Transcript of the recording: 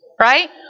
Right